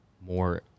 more